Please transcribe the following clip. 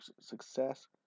success